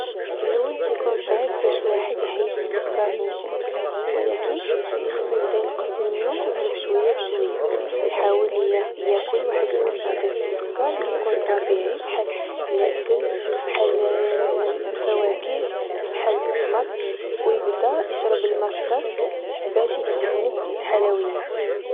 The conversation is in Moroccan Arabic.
في اللول تكون صعيب باش الواحد يحيد السكر نيشان ، ولكن خاصو يبدا ينقس منو غير بشوية بشوية وحاول يا ياكل واحد المصادر دالسكر لكون طبيعي، فحال العسل، فحال الفواكه، فحال التمر و يبدا يشرب الما كتر باش يتجنب الحلويات